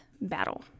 battle